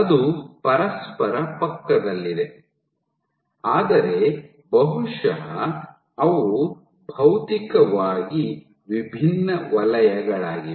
ಅದು ಪರಸ್ಪರ ಪಕ್ಕದಲ್ಲಿದೆ ಆದರೆ ಬಹುಶಃ ಅವು ಭೌತಿಕವಾಗಿ ವಿಭಿನ್ನ ವಲಯಗಳಾಗಿವೆ